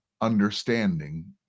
understanding